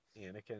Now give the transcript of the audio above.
Anakin